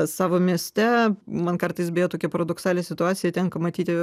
savo mieste man kartais beje tokią paradoksalią situaciją tenka matyti